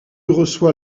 reçoit